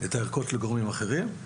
את הערכות לגורמים אחרים.